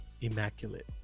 immaculate